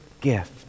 gift